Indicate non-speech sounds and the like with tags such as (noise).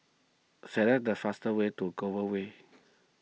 select the fastest way to (unintelligible) Way